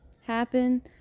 happen